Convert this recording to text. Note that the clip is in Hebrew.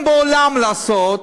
חלמתם מעולם לעשות.